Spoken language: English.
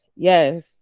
Yes